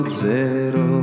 zero